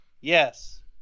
Yes